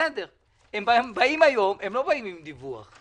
הם באים היום אבל לא עם דיווח,